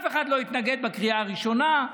אף אחד לא התנגד בקריאה הראשונה,